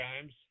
times